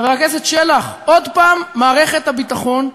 חבר הכנסת שלח: עוד פעם מערכת הביטחון,